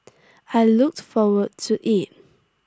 I looked forward to IT